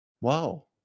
Wow